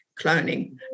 cloning